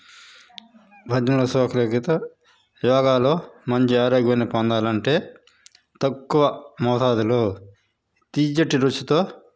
మంచి శోక రగ్యత యోగాలో మంచి ఆరోగ్యాన్ని పొందాలి అంటే తక్కువ మోతాదులో తియ్యటి రుచితో